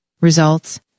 results